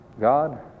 God